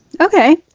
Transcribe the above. okay